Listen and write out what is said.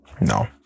No